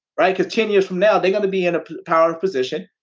right? because ten years from now, they're going to be in a power position,